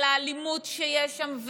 על האלימות שיש שם,